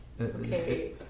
Okay